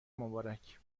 مبارک